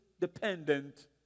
dependent